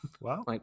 Wow